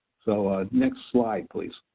so ah next slide please.